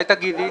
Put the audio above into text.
אולי תגידי?